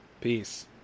Peace